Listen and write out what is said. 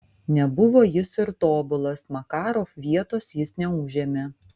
nebuvo jis ir tobulas makarov vietos jis neužėmė